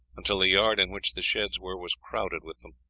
until the yard in which the sheds were was crowded with them.